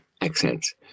accents